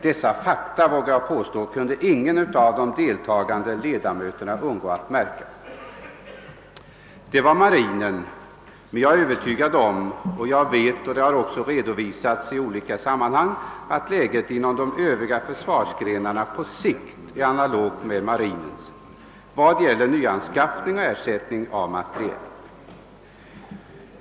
Dessa fakta, vågar jag påstå, kunde ingen av de i besöket deltagande riksdagsledamöterna undgå att märka. Detta gällde marinen, men jag vet — det har också redovisats i olika sammanhang — att läget inom de övriga försvarsgrenarna på sikt är analogt med marinens när det gäller nyanskaffning och ersättning av materiel.